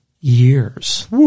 years